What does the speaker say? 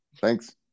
Thanks